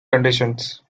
conditions